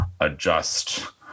adjust